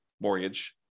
mortgage